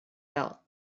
belt